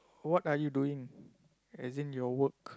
what are you doing as in your work